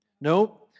No